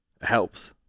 helps